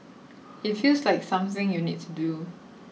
it feels like something you need to do